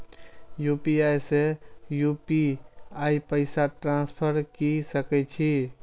UPI से UPI पैसा transfer की सके छी?